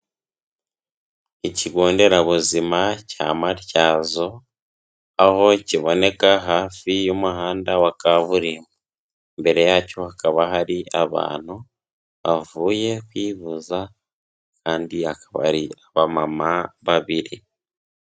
Ikigo nderabuzima cya Matyazo, aho kiboneka hafi y'umuhanda wa kaburimbo, imbere yacyo hakaba hari abantu bavuye kwivuza kandi akaba ari abamama babiri.